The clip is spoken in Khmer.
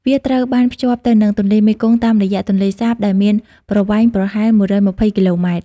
វាត្រូវបានភ្ជាប់ទៅនឹងទន្លេមេគង្គតាមរយ ទន្លេសាបដែលមានប្រវែងប្រហែល ១២០ គីឡូម៉ែត្រ។